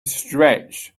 stretch